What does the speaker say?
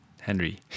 Henry